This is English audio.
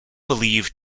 believe